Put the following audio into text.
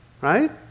right